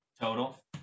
Total